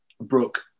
Brooke